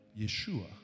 Yeshua